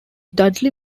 dudley